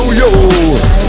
yo